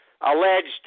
alleged